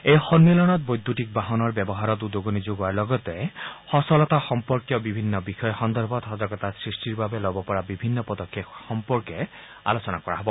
এই সন্মিলনত বৈদ্যুতিক বাহনৰ অধিক ব্যৱহাৰৰ উদগনি যোগোৱাৰ লগতে সূচলতা সম্পৰ্কীয় বিভিন্ন বিষয় সন্দৰ্ভত সজাগতা সৃষ্টিৰ বাবে লব পৰা বিভিন্ন পদক্ষেপ সম্পৰ্কে আলোচনা কৰা হব